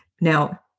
now